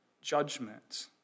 judgment